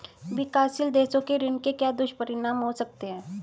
विकासशील देशों के ऋण के क्या दुष्परिणाम हो सकते हैं?